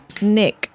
Nick